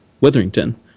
Witherington